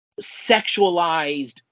sexualized